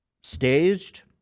staged